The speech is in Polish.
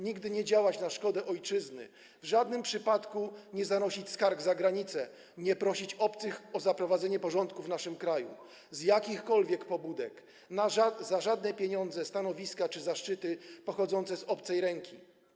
Nigdy nie działać na szkodę ojczyzny, w żadnym przypadku nie zanosić skarg za granicę, nie prosić obcych o zaprowadzenie porządku w naszym kraju, z jakichkolwiek pobudek, za żadne pieniądze, stanowiska czy zaszczyty pochodzące z obcej ręki.